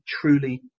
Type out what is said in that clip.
truly